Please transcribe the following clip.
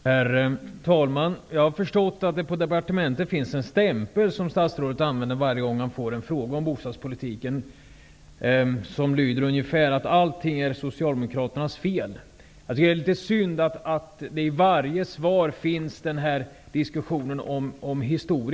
Herr talman! Jag har förstått att det finns en stämpel på departementet som statsrådet använder varje gång han får en fråga om bostadspolitiken. Den lyder ungefär så här: Allting är Socialdemokraternas fel. Det är litet synd att den här diskussionen om historien finns med i varje svar.